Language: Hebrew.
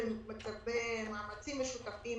במאמצים משותפים